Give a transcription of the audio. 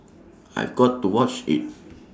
I've got to watch IT